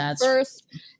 first